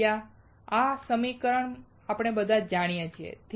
area આ સમીકરણ આપણે બધા જાણીએ છીએ